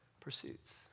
pursuits